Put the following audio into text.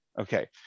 Okay